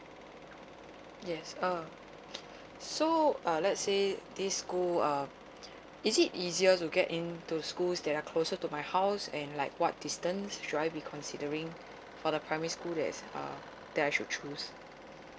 yes uh so uh let's say this school uh is it easier to get in to schools that are closer to my house and like what distance should I be considering for the primary school that's uh that I should choose